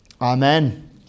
Amen